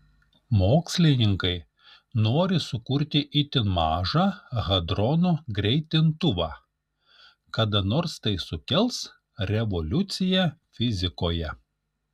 mokslininkai nori sukurti itin mažą hadronų greitintuvą kada nors tai sukels revoliuciją fizikoje